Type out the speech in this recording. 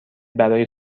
برای